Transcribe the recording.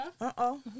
Uh-oh